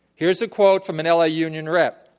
here is a quote from an la union rep.